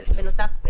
בנוסף,